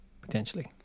Potentially